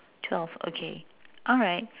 twelve okay alright